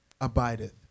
abideth